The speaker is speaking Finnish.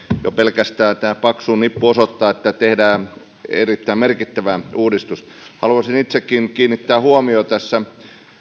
jo pelkästään tämä paksu nippu osoittaa että tehdään erittäin merkittävää uudistusta haluaisin itsekin kiinnittää huomiota tässä